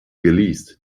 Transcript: geleast